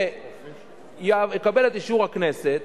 שיקבל את אישור הכנסת,